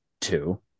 two